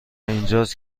اینجاست